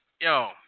Yo